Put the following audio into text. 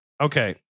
Okay